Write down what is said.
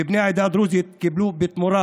ובני העדה הדרוזית קיבלו בתמורה,